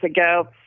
ago